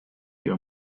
your